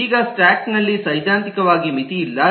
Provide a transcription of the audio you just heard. ಈಗ ಸ್ಟಾಕ್ ನಲ್ಲಿ ಸೈದ್ಧಾಂತಿಕವಾಗಿ ಮಿತಿಯಿಲ್ಲ